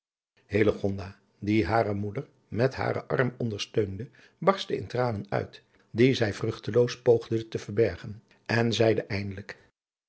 die hare moeder met haren arm ondersteunde barstte in tranen uit die zij vruchteloos poogde te verbergen en zeide eindelijk